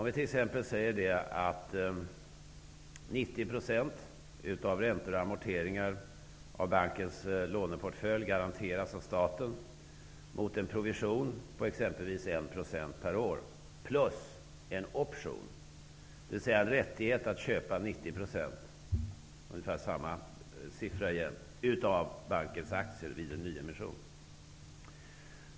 Vi kan tänka oss att 90 % av räntor och amorteringar när det gäller bankens låneportfölj garanteras av staten, mot en provision på exempelvis 1 % per år, samt en option, dvs. en rätt att köpa 90 %-- ungefär samma siffra igen alltså -- av bankens aktier vid en nyemission.